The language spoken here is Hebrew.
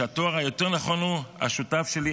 התואר היותר-נכון הוא השותף שלי,